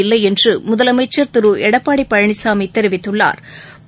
இல்லைஎன்றுமுதலமைச்சா் திருஎடப்பாடிபழனிசாமிதெரிவித்துள்ளாா்